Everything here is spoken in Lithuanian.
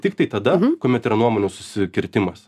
tiktai tada kuomet yra nuomonių susikirtimas